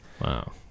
wow